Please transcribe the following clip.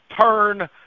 Turn